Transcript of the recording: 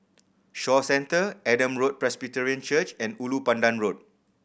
Shaw Centre Adam Road Presbyterian Church and Ulu Pandan Road